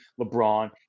LeBron